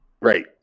Right